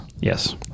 Yes